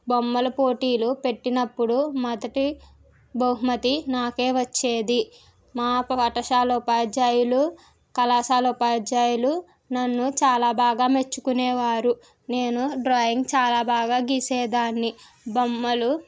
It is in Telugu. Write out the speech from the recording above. బొమ్మలు పోటీలు పెట్టినప్పుడు మొదటి బహుమతి నాకే వచ్చేది మా పాఠశాల ఉపాధ్యాయులు కళాశాల ఉపాధ్యాయులు నన్ను చాలా బాగా మెచ్చుకునేవారు నేను డ్రాయింగ్ చాలా బాగా గీసేదాన్ని బొమ్మలు